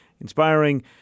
inspiring